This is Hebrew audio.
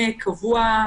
קבוע,